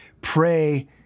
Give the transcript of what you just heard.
pray